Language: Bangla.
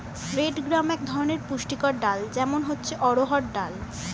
রেড গ্রাম এক ধরনের পুষ্টিকর ডাল, যেমন হচ্ছে অড়হর ডাল